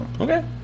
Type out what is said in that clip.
Okay